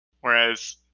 Whereas